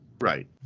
Right